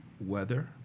weather